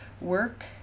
work